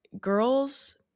girls